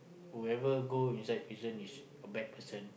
whoever go inside prison is a bad person